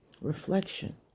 reflection